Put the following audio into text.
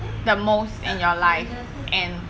the most in your life and